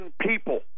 people